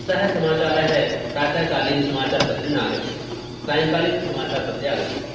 सः समाचारः प्रातःकालीन समाचारपत्रे न आगच्छति सायङ्कालीन समाचारपत्रे आगच्छति